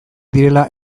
direla